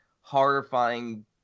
horrifying